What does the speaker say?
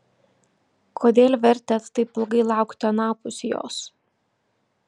kodėl vertėt taip ilgai laukti anapus jos